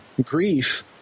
grief